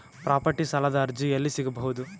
Property ಸಾಲದ ಅರ್ಜಿ ಎಲ್ಲಿ ಸಿಗಬಹುದು?